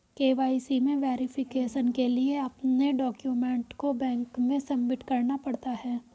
KYC में verification के लिए अपने डाक्यूमेंट को बैंक में सबमिट करना पड़ता है